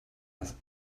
das